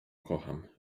kocham